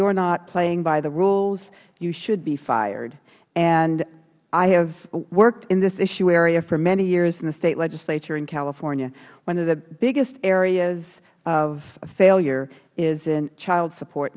are not playing by the rules you should be fired i have worked in this issue area for many years in the state legislature in california one of the biggest areas of failure is in child support